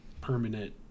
permanent